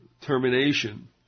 termination